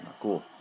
Cool